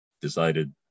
decided